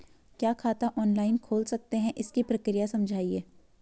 क्या खाता ऑनलाइन खोल सकते हैं इसकी प्रक्रिया समझाइए?